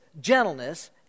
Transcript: gentleness